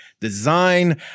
design